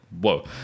whoa